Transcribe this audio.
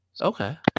Okay